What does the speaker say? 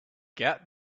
get